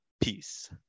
Peace